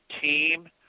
team